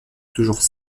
toujours